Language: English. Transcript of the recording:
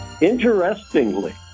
interestingly